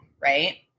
right